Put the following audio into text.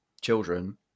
children